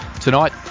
Tonight